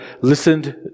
listened